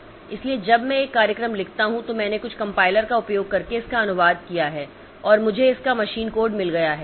इसलिए जब मैं एक कार्यक्रम लिखता हूं तो मैंने कुछ कम्पाइलर का उपयोग करके इसका अनुवाद किया है और मुझे इसका मशीन कोड मिल गया है